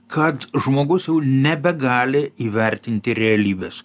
kad žmogus nebegali įvertinti realybės